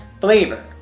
flavor